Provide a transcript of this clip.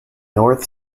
north